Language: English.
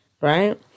right